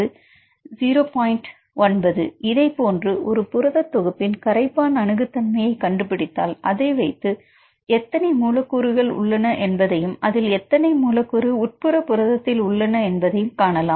9 இதைப்போன்று ஒரு புரத தொகுப்பின் கரைப்பான் அணுகுதன்மையை கண்டுபிடித்தால் அதை வைத்து எத்தனை மூலக்கூறு உள்ளன என்பதையும் அதில் எத்தனை மூலக்கூறு உட்புற புரதத்தில் உள்ளன என்பதையும் காணலாம்